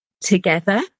together